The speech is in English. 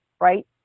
right